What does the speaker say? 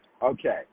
Okay